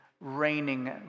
reigning